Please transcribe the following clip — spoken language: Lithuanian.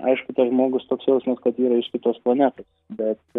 aišku tas žmogus toks jausmas kad yra iš kitos planetos bet